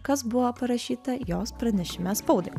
kas buvo parašyta jos pranešime spaudai